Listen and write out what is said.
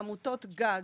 עמותות גג,